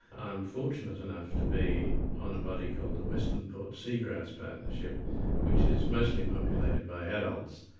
i'm fortunate enough to be on a body called the western port seagrass partnership which is mostly populated by adults,